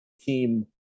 team